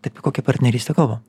tai apie kokią partnerystę kalbam